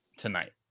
Tonight